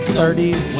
30s